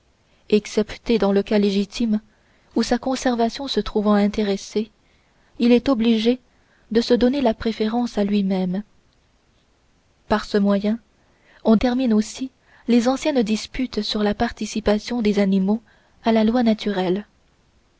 excepté dans le cas légitime où sa conservation se trouvant intéressée il est obligé de se donner la préférence à lui-même par ce moyen on termine aussi les anciennes disputes sur la participation des animaux à la loi naturelle